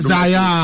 Zaya